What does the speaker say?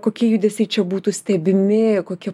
kokie judesiai čia būtų stebimi kokie